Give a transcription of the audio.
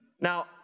Now